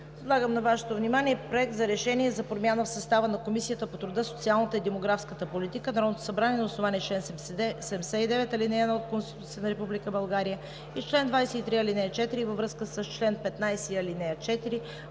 Предлагам на Вашето внимание: „Проект! РЕШЕНИЕ за промяна в състава на Комисията по труда, социалната и демографската политика Народното събрание на основание чл. 79, ал. 1 от Конституцията на Република България и чл. 23, ал. 4 във връзка с чл. 15, ал. 4